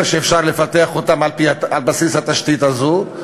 ואפשר לפתח אותם על בסיס התשתית הזאת.